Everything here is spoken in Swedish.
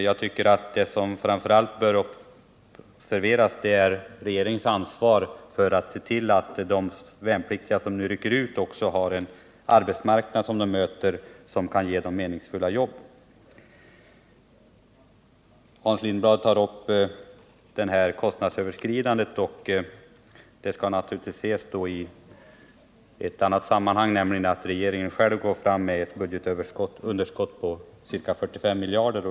Jag tycker att det som framför allt bör observeras är regeringens ansvar för att se till att de värnpliktiga som nu rycker ut också möter en arbetsmarknad som kan ge dem meningsfulla jobb. Hans Lindblad tog upp det här kostnadsöverskridandet. Men det skall naturligtvis ses i annat sammanhang, nämligen att regeringen själv går fram med ett budgetunderskott på 45 miljarder.